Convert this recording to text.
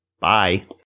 bye